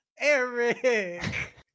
Eric